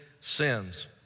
sins